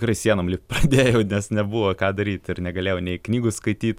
tikrai sienom lipt pradėjau nes nebuvo ką daryt ir negalėjau nei knygų skaityt